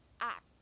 act